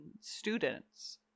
students